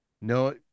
no